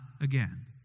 again